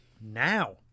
Now